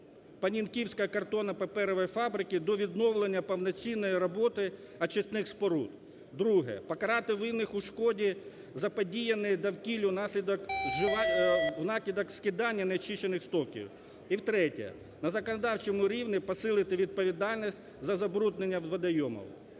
Понінківської картонно-паперової фабрики до відновлення повноцінної роботи очисних споруд; друге, покарати винних у шкоді, заподіяній довкіллю внаслідок скидання нечищених стоків. І третє, на законодавчому рівні посилити відповідальність за забруднення водойомів.